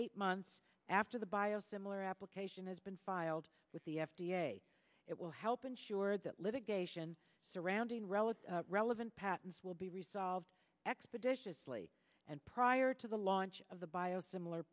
eight months after the bio similar application has been filed with the f d a it will help ensure that litigation surrounding relevant relevant patents will be resolved expeditiously and prior to the launch of the biosimilar